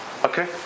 Okay